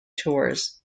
tours